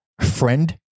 friend